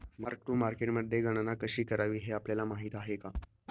Mark to मार्केटमध्ये गणना कशी करावी हे आपल्याला माहित आहे का?